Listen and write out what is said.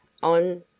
on,